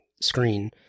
screen